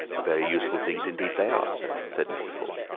very useful things indeed they are, sir, said mrs. hall.